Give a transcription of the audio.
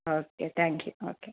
okay thank you okay